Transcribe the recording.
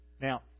Now